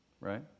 Right